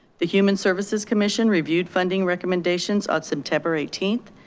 the human services commission reviewed funding recommendations on september eighteenth,